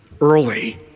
early